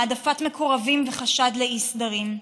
העדפת מקורבים וחשד לאי-סדרים.